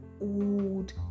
old